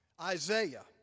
Isaiah